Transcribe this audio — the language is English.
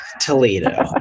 Toledo